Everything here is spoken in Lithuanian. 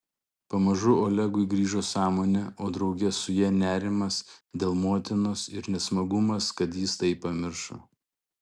pamažu olegui grįžo sąmonė o drauge su ja nerimas dėl motinos ir nesmagumas kad jis tai pamiršo